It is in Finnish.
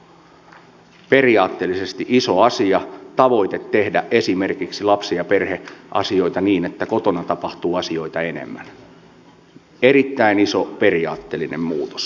tämä on periaatteellisesti iso asia tavoite tehdä esimerkiksi lapsi ja perheasioita niin että kotona tapahtuu asioita enemmän erittäin iso periaatteellinen muutos